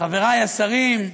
חבריי השרים,